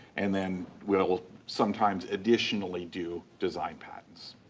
and then, will sometimes, additionally do design patents.